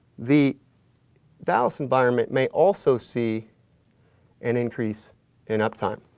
the dallas environment may also see an increase in up time.